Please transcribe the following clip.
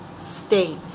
state